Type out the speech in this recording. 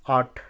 আঠ